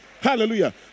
Hallelujah